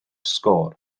sgôr